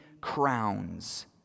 crowns